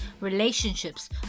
relationships